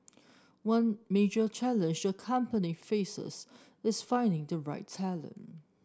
one major challenge the company faces is finding the right talent